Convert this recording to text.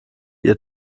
ihr